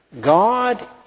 God